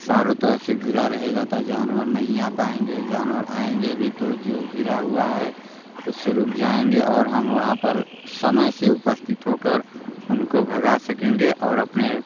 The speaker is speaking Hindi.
चारों तरफ़ से घिरा रहेगा तो जानवर नहीं आ पाएंगे जानवर आएंगे भी तो जो घिरा हुआ है उससे रुक जाएंगे और हम वहाँ पर समय से उपस्थित होकर उनको भगा सकेंग और अपने